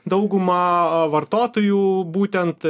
daugumą vartotojų būtent